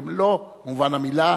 במלוא מובן המלה,